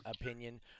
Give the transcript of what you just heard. opinion